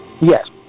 Yes